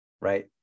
right